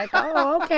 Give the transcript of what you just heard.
like oh, yeah